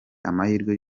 amahirwe